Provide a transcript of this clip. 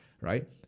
right